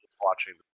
watching